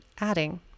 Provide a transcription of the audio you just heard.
adding